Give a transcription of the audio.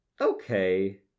okay